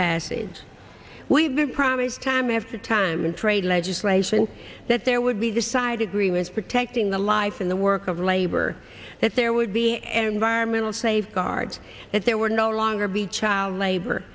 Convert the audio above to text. passage we've promised time after time in trade legislation that there would be decided agreements protecting the life in the work of labor that there would be an environmental safeguards if there were no longer be child labor